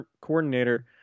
coordinator